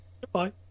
Goodbye